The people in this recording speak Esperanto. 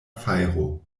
fajro